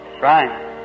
right